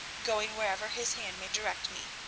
going wherever his hand may direct me.